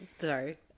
Sorry